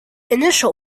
initial